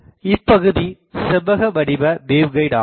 இதில் இப்பகுதி செவ்வகவடிவ வேவ்கைடு ஆகும்